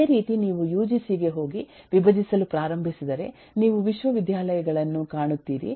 ಅದೇ ರೀತಿ ನೀವು ಯುಜಿಸಿ ಗೆ ಹೋಗಿ ವಿಭಜಿಸಲು ಪ್ರಾರಂಭಿಸಿದರೆ ನೀವು ವಿಶ್ವವಿದ್ಯಾಲಯಗಳನ್ನು ಕಾಣುತ್ತೀರಿ